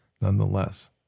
nonetheless